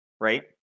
right